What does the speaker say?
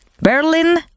Berlin